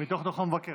" מתוך דוח המבקר.